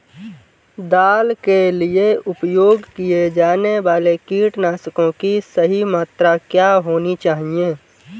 दाल के लिए उपयोग किए जाने वाले कीटनाशकों की सही मात्रा क्या होनी चाहिए?